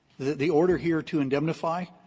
the order here to indemnity,